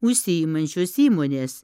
užsiimančios įmonės